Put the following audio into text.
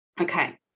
okay